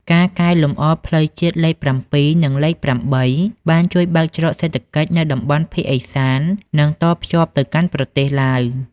ការកែលម្អផ្លូវជាតិលេខ៧ និងលេខ៨ បានជួយបើកច្រកសេដ្ឋកិច្ចនៅតំបន់ភាគឦសាន និងតភ្ជាប់ទៅកាន់ប្រទេសឡាវ។